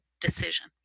decision